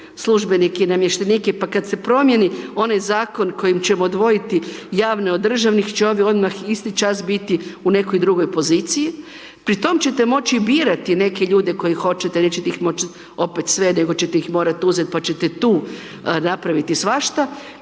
službenike i namještenike pa kad se promijeni onaj zakon kojim ćemo odvojiti javne od državnih će ovi odmah isti čas biti u nekoj drugoj poziciji, pri tom ćete moći birati neke ljude koji hoće jer nećete ih moći opet sve nego ćete ih morat uzet pa ćete tu napraviti svašta,